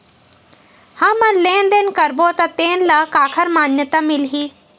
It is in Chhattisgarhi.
हमन लेन देन करबो त तेन ल काखर मान्यता मिलही?